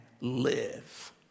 live